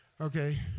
Okay